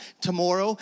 tomorrow